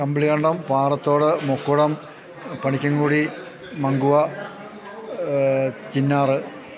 Kambilikandam Parathodu Mukkulam Panikkankudi Mankuva Chinnar